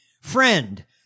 Friend